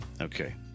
Okay